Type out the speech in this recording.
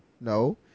no